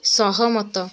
ସହମତ